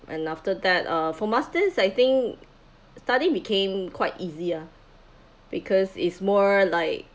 and after that uh for master's I think studying became quite easy ah because it's more like